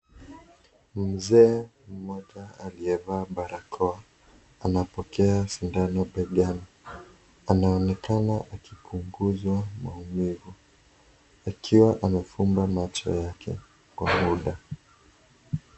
Ni mzee mmoja aliyevaa barakoa anapokea sindano begani anaonekana akipunguza maumivu akiwa amefumba macho yake kwa muda.